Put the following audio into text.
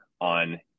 on